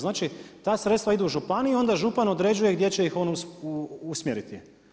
Znači, ta sredstva idu u županiju, onda župan određuje gdje će ih on usmjeriti.